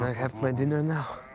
have my dinner now?